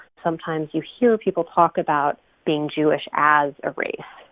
sometimes you hear people talk about being jewish as a race.